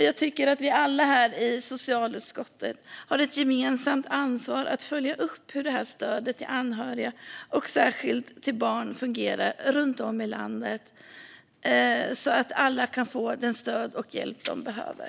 Jag tycker att vi alla i socialutskottet har ett gemensamt ansvar att följa upp hur stödet till anhöriga, och särskilt barn, fungerar runt om i landet så att alla kan få det stöd och den hjälp de behöver.